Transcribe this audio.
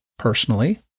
Personally